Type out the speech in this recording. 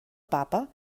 papa